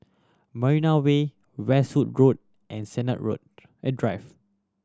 Marina Way Westwood Road and Sennett Road and Drive